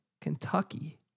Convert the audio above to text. Kentucky